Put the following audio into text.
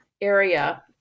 area